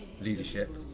leadership